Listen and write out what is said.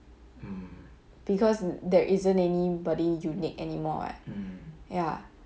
because there isn't anybody unique anymore ya